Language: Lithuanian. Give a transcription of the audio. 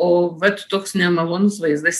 o vat toks nemalonus vaizdas